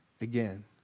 again